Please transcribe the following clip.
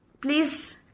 please